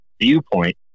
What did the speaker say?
viewpoint